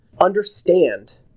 Understand